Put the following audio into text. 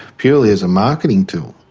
purely as a marketing tool.